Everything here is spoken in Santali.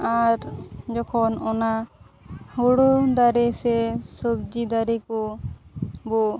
ᱟᱨ ᱡᱚᱠᱷᱚᱱ ᱚᱱᱟ ᱦᱩᱲᱩ ᱫᱟᱨᱮ ᱥᱮ ᱥᱚᱵᱡᱤ ᱫᱟᱨᱤ ᱠᱚ ᱵᱚ